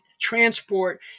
transport